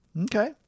Okay